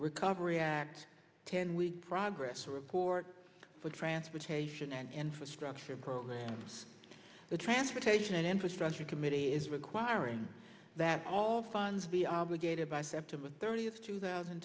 recovery act ten week progress report for transportation and infrastructure programs the transportation and infrastructure committee is requiring that all funds be obligated by september thirtieth two thousand